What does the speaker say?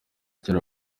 cyera